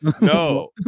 no